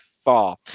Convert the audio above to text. far